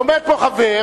עומד פה חבר,